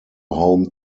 home